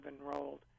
enrolled